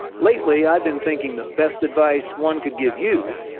lately, i've been thinking the best advice one could give you,